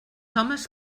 homes